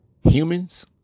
humans